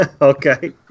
Okay